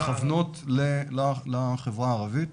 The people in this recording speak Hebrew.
מכוונות לחברה הערבית